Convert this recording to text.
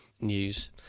news